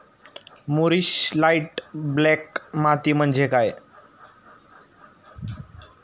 मूरिश light black माती म्हणजे काय?